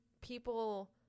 people